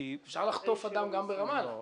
אפשר לחטוף אדם גם ברמאללה.